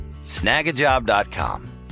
snagajob.com